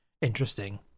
interesting